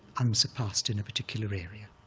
unsurpassed in a particular area,